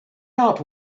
out